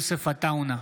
בעד יוסף עטאונה,